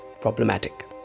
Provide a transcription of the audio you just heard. problematic